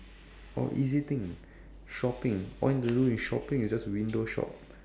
or easy thing shopping all you need to do with shopping is just window shop